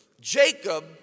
Jacob